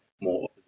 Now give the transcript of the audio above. more